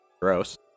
Gross